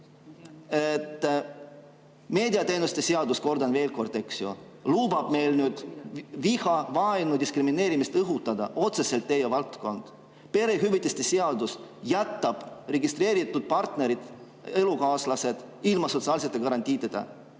Meediateenuste seadus, kordan veel, lubab meil nüüd viha, vaenu ja diskrimineerimist õhutada. Otseselt teie valdkond. Perehüvitiste seadus jätab registreeritud partnerid, elukaaslased ilma sotsiaalsetest garantiidest.